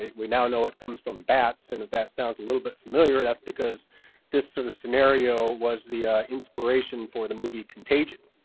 we now know it comes from bats, and if that sounds a little bit familiar, that's because this sort of scenario was the inspiration for the movie contagion.